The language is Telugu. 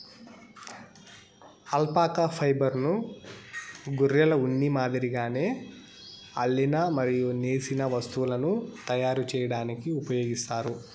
అల్పాకా ఫైబర్ను గొర్రెల ఉన్ని మాదిరిగానే అల్లిన మరియు నేసిన వస్తువులను తయారు చేయడానికి ఉపయోగిస్తారు